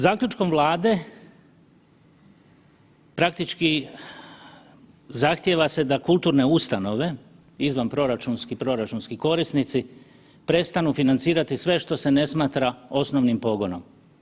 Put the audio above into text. Zaključkom Vlade praktički zahtijeva se da kulturne ustanove izvanproračunski i proračunski korisnici prestanu financirati sve što se ne smatra osnovnim pogonom.